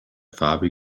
fabi